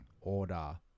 order